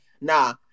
Nah